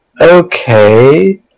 okay